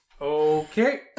Okay